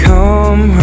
Come